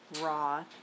raw